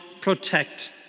protect